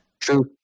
True